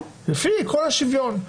לפי עקרון השוויון.